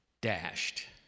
dashed